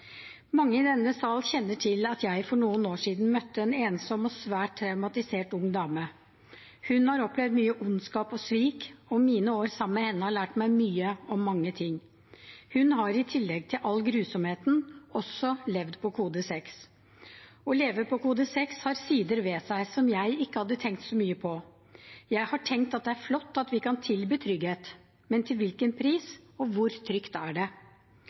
Mange i denne salen kjenner til at jeg for noen år siden møtte en ensom og svært traumatisert ung dame. Hun har opplevd mye ondskap og svik, og mine år sammen med henne har lært meg mye om mange ting. Hun har i tillegg til all grusomhetene også levd på kode 6. Å leve på kode 6 har sider ved seg som jeg ikke hadde tenkt så mye på. Jeg har tenkt at det er flott at vi kan tilby trygghet. Men til hvilken pris, og hvor trygt er det?